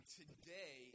today